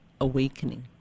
awakening